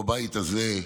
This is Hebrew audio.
בבית הזה,